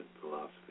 philosophy